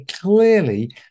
clearly